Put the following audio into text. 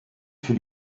für